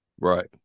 Right